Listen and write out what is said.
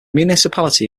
municipality